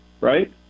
right